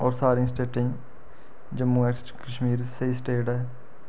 होर सारें स्टेटें गी जम्मू ऐंड कश्मीर स्हेई स्टेट ऐ